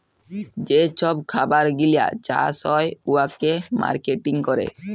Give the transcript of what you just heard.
যে ছব খাবার গিলা চাষ হ্যয় উয়াকে মার্কেটিং ক্যরে